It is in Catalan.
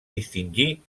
distingir